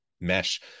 mesh